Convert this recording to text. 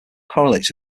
correlates